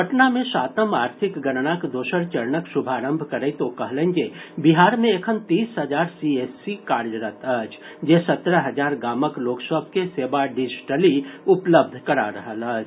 पटना मे सातम आर्थिक गणनाक दोसर चरणक शुभारंभ करैत ओ कहलनि जे बिहार मे एखन तीस हजार सीएससी कार्यरत अछि जे सत्रह हजार गामक लोक सभ के सेवा डिजिटली उपलब्ध करा रहल अछि